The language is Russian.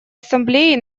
ассамблеи